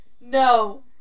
No